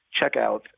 checkout